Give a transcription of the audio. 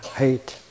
hate